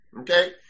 okay